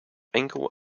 enkel